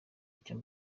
icyo